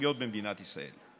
ואזרחיות במדינת ישראל.